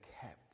kept